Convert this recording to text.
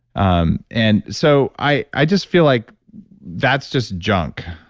um and so i i just feel like that's just junk